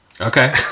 Okay